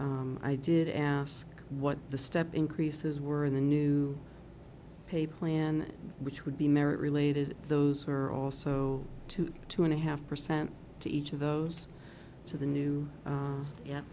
point i did ask what the step increases were in the new pay plan which would be merit related those were also to two and a half percent to each of those to the new as ye